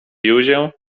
józię